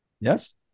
Yes